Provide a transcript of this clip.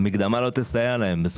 המקדמה לא תסייע להן.